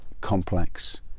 complex